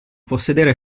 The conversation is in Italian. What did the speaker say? possedere